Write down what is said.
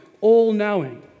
all-knowing